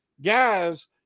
guys